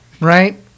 Right